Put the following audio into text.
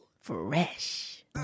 fresh